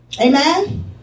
Amen